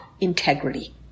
integrity